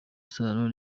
isano